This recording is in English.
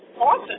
awesome